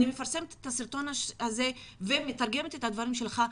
אני מפרסמת את הסרטון הזה ומתרגמת את הדברים שלך,